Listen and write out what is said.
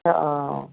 या